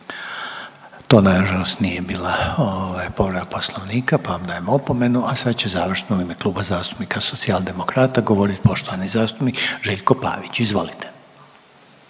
To na žalost nije bila ovaj povreda Poslovnika pa vam dajem opomenu, a sad će završno u ime Kluba zastupnika Socijaldemokrata, govorit poštovani zastupnik Željko Pavić. Izvolite.